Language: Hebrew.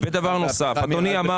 מדד הפחם ירד